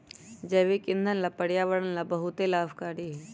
जैविक ईंधन पर्यावरण ला बहुत लाभकारी हई